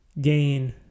gain